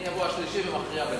אני אבוא השלישי, ואכריע ביניכם.